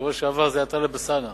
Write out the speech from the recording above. בשבוע שעבר זה היה טלב אלסאנע,